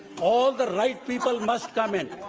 all the right people must come in.